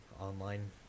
online